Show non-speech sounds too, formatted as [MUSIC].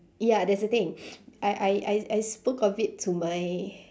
ya that's the thing [BREATH] I I I I spoke of it to my